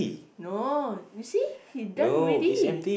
no you see he's just reading